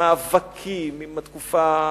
מאבקים עם התקופה,